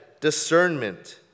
discernment